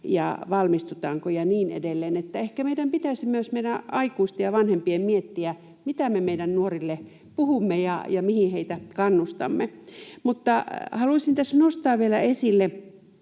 ja valmistutaanko ja niin edelleen, niin ehkä meidän aikuisten ja vanhempien pitäisi miettiä, mitä me meidän nuorille puhumme ja mihin heitä kannustamme. Haluaisin tässä nostaa esille